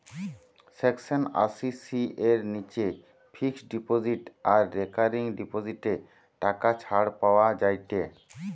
section আশি C এর নিচে ফিক্সড ডিপোজিট আর রেকারিং ডিপোজিটে টাকা ছাড় পাওয়া যায়েটে